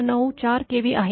९४ KV आहे